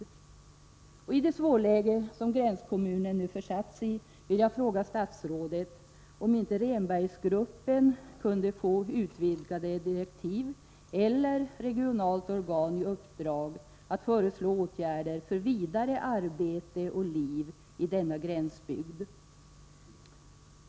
Mot bakgrund av det svåra läge som gränskommunen nu försatts i vill jag fråga statsrådet om inte Rhenbergsgruppen kunde få utvidgade direktiv eller ominte ett regionalt organ kunde få i uppdrag att föreslå åtgärder för fortsatt arbete och liv i denna gränsbygd.